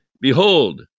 behold